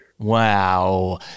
Wow